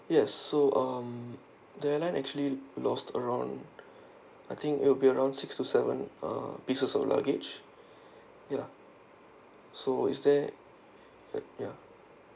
yes so um the airline actually lost around I think it will be around six to seven uh pieces of luggage ya so is there ya